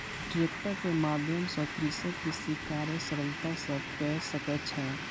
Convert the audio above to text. tractor के माध्यम सॅ कृषक कृषि कार्य सरलता सॅ कय सकै छै